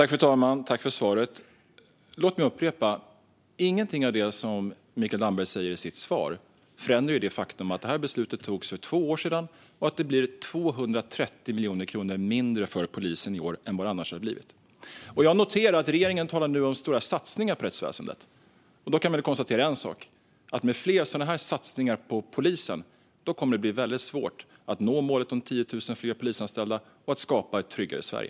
Fru talman! Jag tackar för svaret. Låt mig upprepa att ingenting av det som Mikael Damberg säger i sitt svar förändrar det faktum att beslutet fattades för två år sedan och att det blir 230 miljoner kronor mindre för polisen i år än vad det annars hade blivit. Jag noterar att regeringen nu talar om stora satsningar på rättsväsendet. Då kan man konstatera en sak. Med fler sådana satsningar på polisen kommer det att bli svårt att nå målet om 10 000 fler polisanställda och att skapa ett tryggare Sverige.